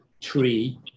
tree